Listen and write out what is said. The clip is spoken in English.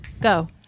go